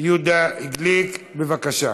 יהודה גליק, בבקשה.